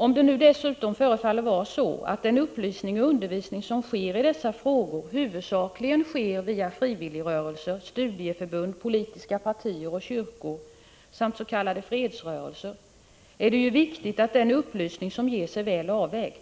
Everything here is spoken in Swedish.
Om nu dessutom den upplysning och undervisning som äger rum i dessa frågor huvudsakligen sker via frivilligrörelser, studieförbund, politiska partier, kyrkor samt s.k. fredsrörelser, vilket tycks vara fallet, är det viktigt att den upplysning som ges är väl avvägd.